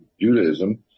Judaism